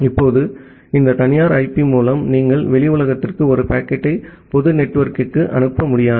இப்போது இந்த தனியார் ஐபி மூலம் நீங்கள் வெளி உலகத்திற்கு ஒரு பாக்கெட்டை பொது நெட்வொர்க்கிற்கு அனுப்ப முடியாது